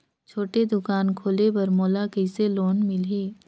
छोटे दुकान खोले बर मोला कइसे लोन मिलही?